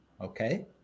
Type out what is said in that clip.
Okay